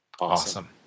Awesome